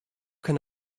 can